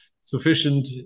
sufficient